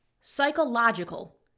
psychological